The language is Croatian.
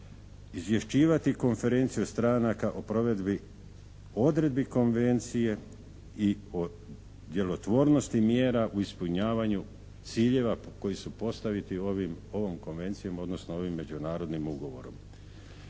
izvješćivati Konferenciju stranaka o provedbi odredbi konvencije i o djelotvornosti mjera u ispunjavanja ciljeva koji su postaviti ovom konvencijom, odnosno ovim međunarodnim ugovorom